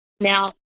Now